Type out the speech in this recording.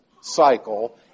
cycle